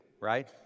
right